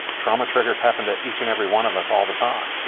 trauma triggers happen to each and every one of us all the time.